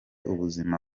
ubuzima